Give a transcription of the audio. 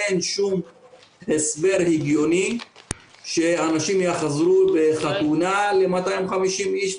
אין שום הסבר הגיוני שאנשים יחזרו לחתונה ל-250 איש,